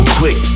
quick